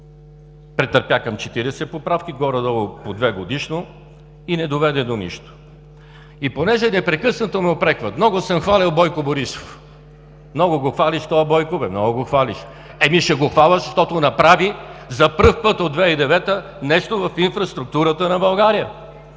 претърпя към 40 поправки, горе-долу по две годишно, и не доведе до нищо и понеже непрекъснато ме упрекват: много съм хвалел Бойко Борисов. „Много го хвалиш този Бойко, бе! Много го хвалиш!“. Ами, ще го хваля, защото направи за първи път от 2009 г. нещо в инфраструктурата на България!